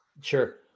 Sure